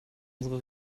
unsere